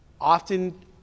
often